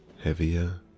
Heavier